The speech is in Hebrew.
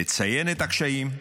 לציין את הקשיים,